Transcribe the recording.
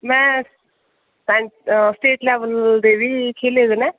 में state level दे बी खेले दे न